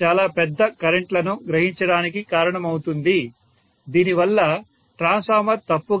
చాలా పెద్ద కరెంట్ లను గ్రహించడానికి కారణమవుతుంది దీనివల్ల ట్రాన్స్ఫార్మర్ తప్పుగా పనిచేస్తుంది